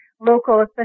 local